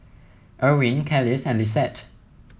Erwin Kelis and Lissette